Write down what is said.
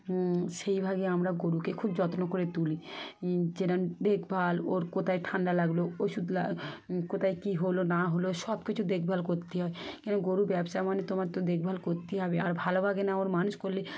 সেইভাগে আমরা গরুকে খুব যত্ন করে তুলি যেরকম দেখ ভাল ওর কোথায় ঠান্ডা লাগলো ওষুধ কোথায় কী হলো না হলো সব কিছু দেখ ভাল করতে হয় কেন গরুর ব্যবসা মানে তোমার তো দেখ ভাল করতেই হবে আর ভালোভাগে না ওর মানুষ করলে